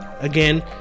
Again